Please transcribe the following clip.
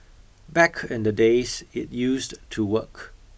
back in the days it used to work